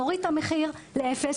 נוריד את המחיר לאפס,